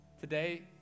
Today